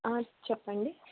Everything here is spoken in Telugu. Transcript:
చెప్పండి